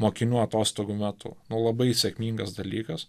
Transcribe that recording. mokinių atostogų metu nu labai sėkmingas dalykas